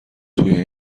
توی